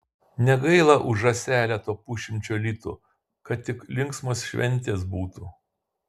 negaila už žąselę to pusšimčio litų kad tik linksmos šventės būtų